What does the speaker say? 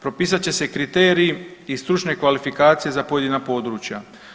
Propisat će se kriteriji i stručne kvalifikacije za pojedina područja.